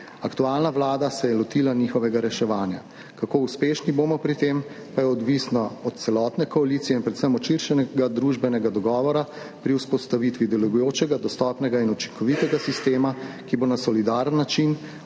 Aktualna Vlada se je lotila njihovega reševanja. Kako uspešni bomo pri tem, pa je odvisno od celotne koalicije in predvsem od širšega družbenega dogovora pri vzpostavitvi delujočega, dostopnega in učinkovitega sistema, ki bo na solidaren način